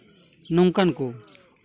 ᱱᱚᱝᱠᱟᱱ ᱠᱚ